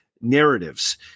narratives